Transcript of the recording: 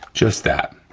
just that,